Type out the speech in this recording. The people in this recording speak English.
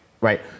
right